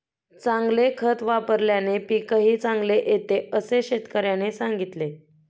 चांगले खत वापल्याने पीकही चांगले येते असे शेतकऱ्याने सांगितले